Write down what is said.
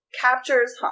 Captures